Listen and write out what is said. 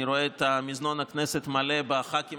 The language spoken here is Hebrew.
אני רואה את מזנון הכנסת מלא בח"כים